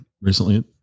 recently